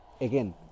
again